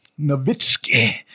Nowitzki